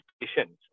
patients